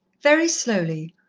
very slowly,